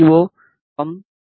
ஓ கம் பி